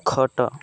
ଖଟ